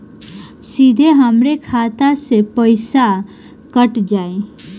सीधे हमरे खाता से कैसे पईसा कट जाई?